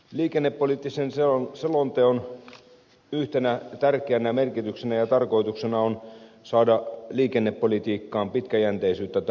liikennepoliittisen selonteon yhtenä tärkeänä merkityksenä ja tarkoituksena on saada liikennepolitiikkaan pitkäjänteisyyttä tässä maassa